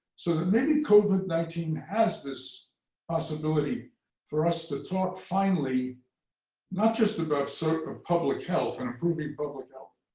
so that maybe covid nineteen has this possibility for us to talk finally not just about sort of public health and improving public health,